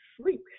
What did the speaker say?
sleep